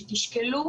שתשקלו